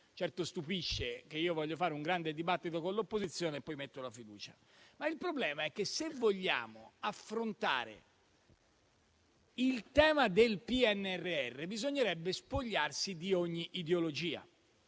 Certo, stupisce che io voglia fare un grande dibattito con l'opposizione e poi pongo la fiducia. Il problema è che se vogliamo affrontare il tema del PNRR, bisognerebbe spogliarsi di ogni ideologia.